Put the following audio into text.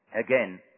Again